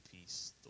Peace